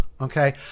Okay